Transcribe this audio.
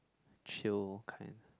chill kind